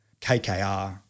KKR